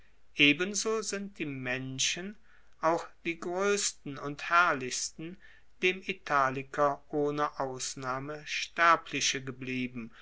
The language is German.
ebenso sind die menschen auch die groessten und herrlichsten dem italiker ohne ausnahme sterbliche geblieben